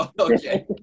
okay